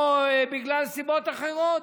או מסיבות אחרות.